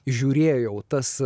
žiūrėjau tas